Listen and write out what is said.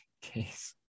case